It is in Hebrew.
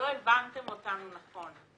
לא הבנתם אותנו נכון.